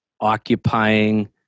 occupying